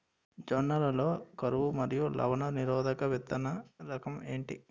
జొన్న లలో కరువు మరియు లవణ నిరోధక విత్తన రకం ఏంటి?